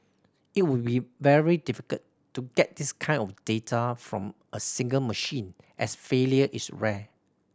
it would be very difficult to get this kind of data from a single machine as failure is rare